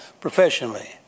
professionally